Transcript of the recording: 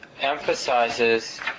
emphasizes